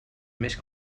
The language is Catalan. més